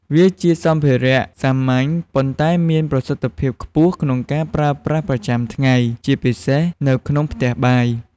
វាជាសម្ភារៈសាមញ្ញ ប៉ុន្តែមានប្រសិទ្ធភាពខ្ពស់ ក្នុងការប្រើប្រាស់ប្រចាំថ្ងៃ ជាពិសេសនៅក្នុងផ្ទះបាយ។